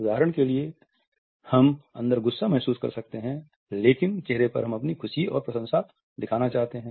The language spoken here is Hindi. उदाहरण के लिए हम अंदर गुस्सा महसूस कर सकते हैं लेकिन चेहरे पर हम अपनी खुशी और प्रशंसा दिखाना चाहते हैं